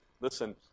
listen